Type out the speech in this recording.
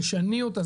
תשני אותה,